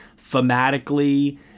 thematically